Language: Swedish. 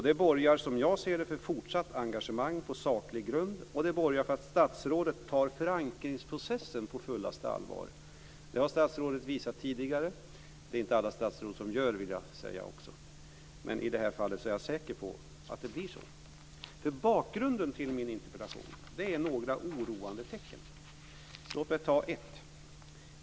Det borgar, som jag ser det, för fortsatt engagemang på saklig grund, och det borgar för att statsrådet tar förankringsprocessen på fullaste allvar. Det har statsrådet visat tidigare, vilket inte alla statsråd gör, vill jag säga. Men i det här fallet är jag säker på att det blir så. Bakgrunden till min interpellation är några oroande tecken. Låt mig nämna ett.